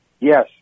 Yes